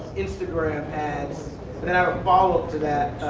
instagram ads and i have a follow-up to that